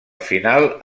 final